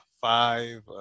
five